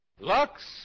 Lux